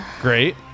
Great